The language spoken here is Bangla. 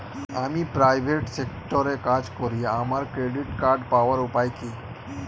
আমি প্রাইভেট সেক্টরে কাজ করি আমার ক্রেডিট কার্ড পাওয়ার উপায় কি?